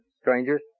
strangers